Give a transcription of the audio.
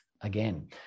again